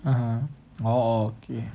(uh huh) oh okay